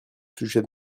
sujet